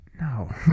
No